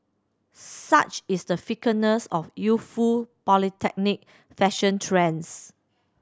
such is the fickleness of youthful polytechnic fashion trends